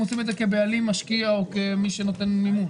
עושים את כבעלים משקיע או כמי שנותן מימון?